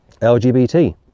lgbt